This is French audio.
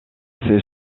ses